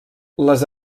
les